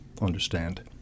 understand